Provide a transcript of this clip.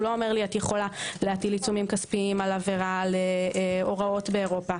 הוא לא אומר: את יכולה להטיל עיצומים כספיים על עבירה להוראות באירופה.